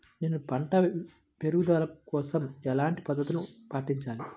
నేను పంట పెరుగుదల కోసం ఎలాంటి పద్దతులను పాటించాలి?